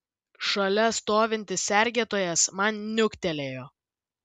šalia stovintis sergėtojas man niuktelėjo